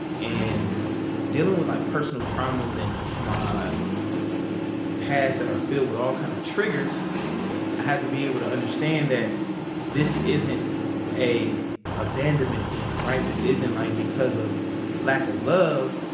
and dealing with like personal traumas in my past that are filled with all kind of triggers, i had to be able to understand that this isn't a abandonment thing, right? this isn't, like, because of lack of love.